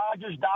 Dodgers